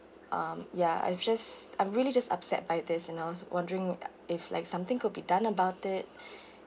um ya I've just I'm really just upset by this and I was wondering if like something could be done about it